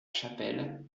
chapelle